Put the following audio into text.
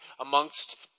amongst